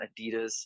adidas